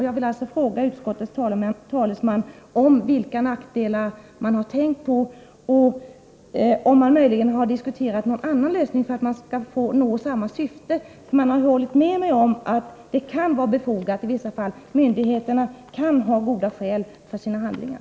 Jag vill alltså fråga utskottets talesman om vilka nackdelar man har tänkt på och om man möjligen har diskuterat en annan lösning för att nå samma syfte. Man har ju hållit med mig om att det i vissa fall kan vara befogat för myndigheterna att överklaga. Myndigheterna kan ha goda skäl för sina handlingar.